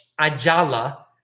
Ajala